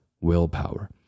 willpower